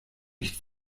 nicht